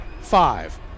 five